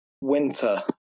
winter